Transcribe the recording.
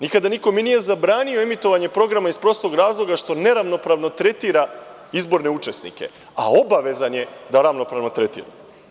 Nikada nikome nije zabranio emitovanje programa iz prostog razlogašto neravnopravno tretira izborne učesnike, a obavezan je da ravnopravno tretira.